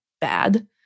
bad